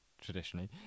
traditionally